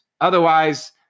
Otherwise